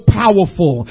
powerful